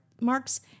marks